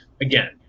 again